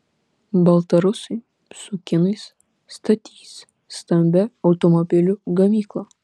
baltarusiai su kinais statys stambią automobilių gamyklą